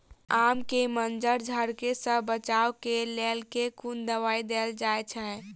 आम केँ मंजर झरके सऽ बचाब केँ लेल केँ कुन दवाई देल जाएँ छैय?